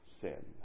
sin